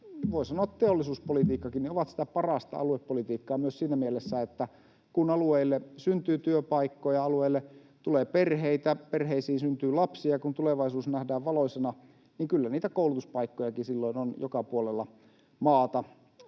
ja teollisuuspolitiikkakin, voi sanoa, ovat sitä parasta aluepolitiikkaa myös siinä mielessä, että kun alueelle syntyy työpaikkoja, alueelle tulee perheitä, perheisiin syntyy lapsia ja tulevaisuus nähdään valoisana, niin kyllä niitä koulutuspaikkojakin silloin on joka puolella maata.